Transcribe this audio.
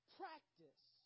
practice